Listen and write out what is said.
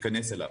ייכנס אליו.